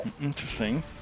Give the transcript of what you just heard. Interesting